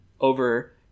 over